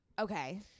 Okay